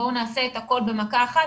בואו נעשה את הכול במכה אחת,